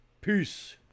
peace